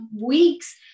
weeks